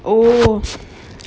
oh